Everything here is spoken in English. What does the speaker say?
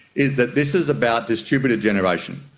is that this is about distributed generation.